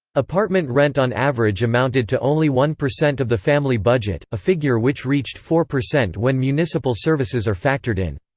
apartment rent on average amounted to only one percent of the family budget, a figure which reached four percent when municipal services are factored in.